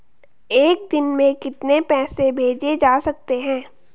एक दिन में कितने पैसे भेजे जा सकते हैं?